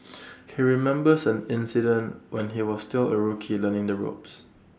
he remembers an incident when he was still A rookie learning the ropes